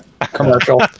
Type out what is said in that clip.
commercial